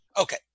Okay